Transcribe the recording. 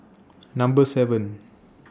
Number seven